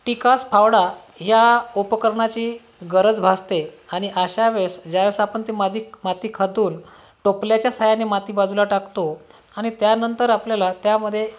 टिकास फावडा या उपकरणाची गरज भासते आणि अशा वेळीस जा वेळेस आपण ती मादिक माती खतून टोपल्याचा साह्याने माती बाजूला टाकतो आणि त्यानंतर आपल्याला त्यामध्ये